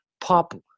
pop